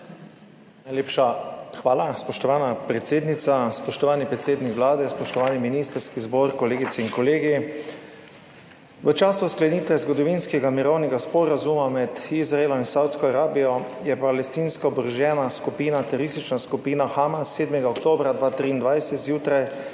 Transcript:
Najlepša hvala, spoštovana predsednica. Spoštovani predsednik Vlade, spoštovani ministrski zbor, kolegice in kolegi! V času sklenitve zgodovinskega mirovnega sporazuma med Izraelom in Savdsko Arabijo je palestinska oborožena skupina, teroristična skupina Hamas 7. oktobra 2023 zjutraj